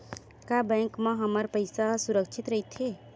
का बैंक म हमर पईसा ह सुरक्षित राइथे?